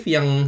Yang